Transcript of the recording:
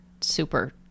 super